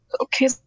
Okay